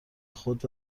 خود